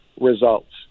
results